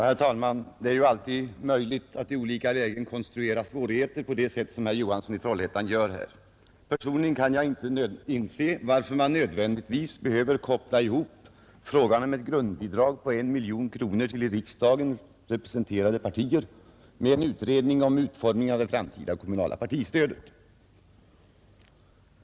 Herr talman! Det är ju alltid möjligt att i olika lägen konstruera svårigheter på det sätt som herr Johansson i Trollhättan gör här. Personligen kan jag inte inse varför man nödvändigtvis behöver koppla ihop frågan om ett grundbidrag på 1 miljon kronor till i riksdagen representerade partier med en utredning om utformningen av det framtida kommunala partistödet.